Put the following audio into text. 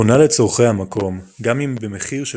עונה לצורכי המקום – גם אם במחיר של